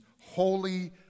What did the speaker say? holy